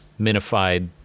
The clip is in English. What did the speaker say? minified